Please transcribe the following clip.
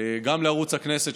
גם לערוץ הכנסת,